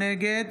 נגד